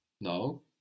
no